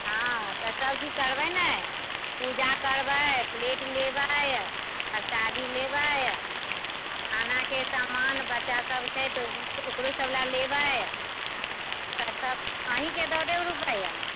हँ तऽ सब चीज करबै ने पूजा करबै प्लेट लेबै प्रसादी लेबै खानाके समान बच्चा सब छै तऽ ओकरो सब ला लेबै तऽ सब अहिंँके दऽ देब रूपैआ